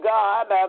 God